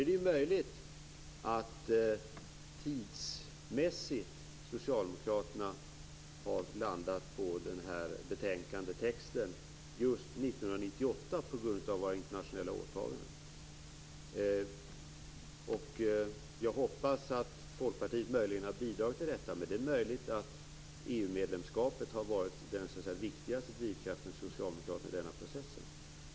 Det är möjligt att Socialdemokraterna tidsmässigt har landat på den här betänkandetexten just 1998 på grund av våra internationella åtaganden. Jag hoppas att Folkpartiet möjligen har bidragit till detta, men det är möjligt att EU-medlemskapet har varit den viktigaste drivkraften för Socialdemokraterna i denna process.